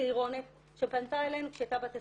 צעירונת שפנתה אלינו כשהייתה בת 21,